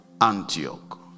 Antioch